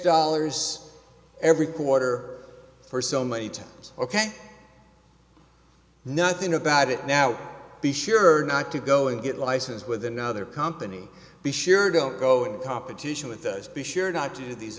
dollars every quarter for so many times ok nothing about it now be sure not to go and get licensed with another company be sure don't go into competition with us be sure not to do these